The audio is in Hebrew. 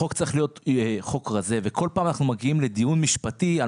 החוק צריך להיות חוק רזה וכל פעם אנחנו מגיעים לדיון משפטי על